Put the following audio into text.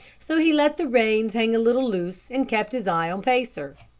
so he let the reins hang a little loose, and kept his eye on pacer.